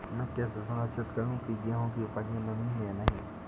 मैं कैसे सुनिश्चित करूँ की गेहूँ की उपज में नमी है या नहीं?